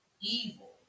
evil